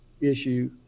issue